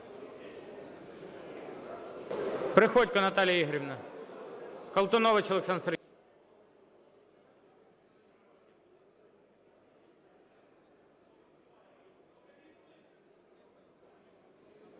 Приходько Наталія Ігорівна. Колтунович Олександр Сергійович.